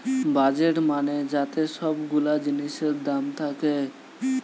budget মানে যাতে সব গুলা জিনিসের দাম থাকে